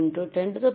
01 x 10 129